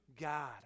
God